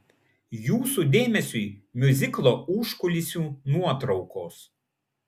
jūsų dėmesiui miuziklo užkulisių nuotraukos